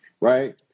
Right